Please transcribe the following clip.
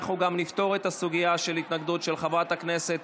אנחנו גם נפתור את הסוגיה של ההתנגדות של חברת הכנסת